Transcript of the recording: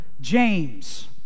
James